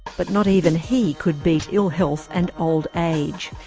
but not even he could beat ill-health and old age.